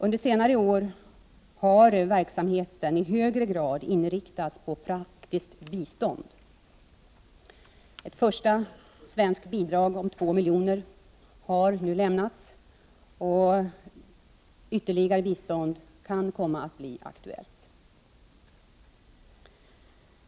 Under senare år har verksamheten i högre grad inriktats på praktiskt bistånd. Ett första svenskt bidrag på 2 milj.kr. har lämnats, och ytterligare bistånd kan komma att bli aktuellt.